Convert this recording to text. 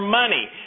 money